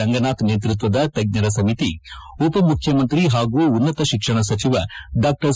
ರಂಗನಾಥ್ ನೇತೃತ್ವದ ತಜ್ಞರ ಸಮಿತಿ ಉಪಮುಖ್ಯಮಂತ್ರಿ ಹಾಗೂ ಉನ್ನಶ ಶಿಕ್ಷಣ ಸಚಿವ ಡಾ ಸಿ